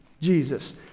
jesus